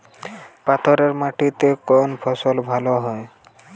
পাথরে মাটিতে কোন ফসল ভালো হয়?